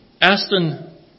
Aston